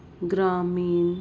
ਗ੍ਰਾਮੀਣ